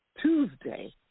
Tuesday